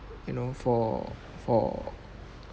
you know for for